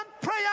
prayer